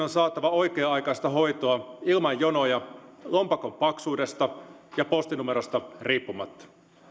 on saatava oikea aikaista hoitoa ilman jonoja lompakon paksuudesta ja postinumerosta riippumatta